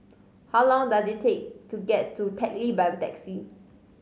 how long does it take to get to Teck Lee by taxi